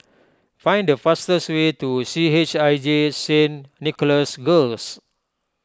find the fastest way to C H I J Saint Nicholas Girls